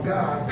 God